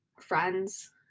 friends